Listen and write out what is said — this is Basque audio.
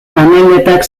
panelletak